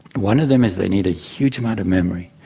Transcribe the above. one of them is they need a huge amount of memory.